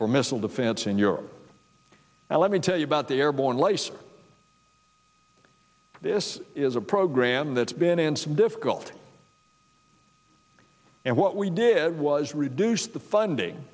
for missile defense in europe well let me tell you about the airborne laser this is a program that's been in some difficult and what we did was reduce the funding